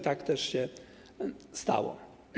Tak też się stało.